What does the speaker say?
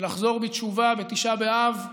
ולחזור בתשובה בתשעה באב,